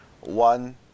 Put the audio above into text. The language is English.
one